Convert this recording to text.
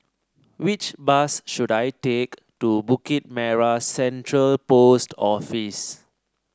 which bus should I take to Bukit Merah Central Post Office